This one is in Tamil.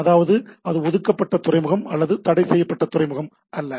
அதாவது அது ஒதுக்கப்பட்ட துறைமுகம் அல்லது தடைசெய்யப்பட்ட துறைமுகம் அல்ல